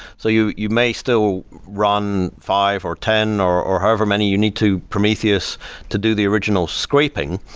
so you you may still run five or ten or or however many you need to prometheus to do the original scraping,